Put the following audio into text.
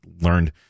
learned